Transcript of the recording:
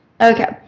okay